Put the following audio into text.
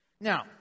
Now